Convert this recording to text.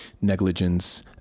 negligence